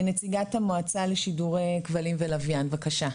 נציגת המועצה לשידורי כבלים ולוויין בבקשה.